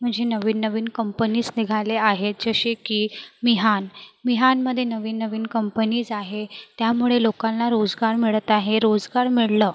मनजे नवीन नवीन कंपनीस निघाले आहे जशे की मिहान मिहानमदे नवीन नवीन कंपनीज आहे त्यामुडे लोकांना रोसगार मिडत आहे रोसगार मिडलं